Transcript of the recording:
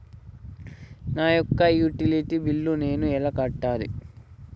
నా యొక్క utility bill నేను ఎలా కట్టాలి?